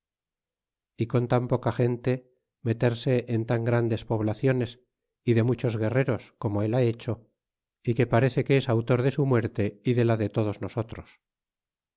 y con tan poca gente meterse en tan grandes poblaciones y de muchos guerreros como él ha hecho y que parece que es autor de su muerte y de la de todos nosotros